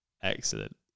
excellent